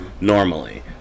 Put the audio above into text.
normally